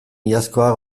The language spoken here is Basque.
iazkoa